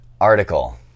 article